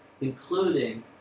including